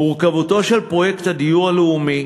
מורכבותו של פרויקט הדיור הלאומי,